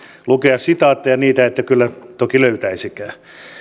lukea sitaatteja niitä ette kyllä toki löytäisikään